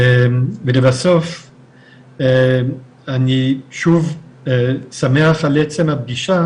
ולבסוף אני שוב שמח על עצם הפגישה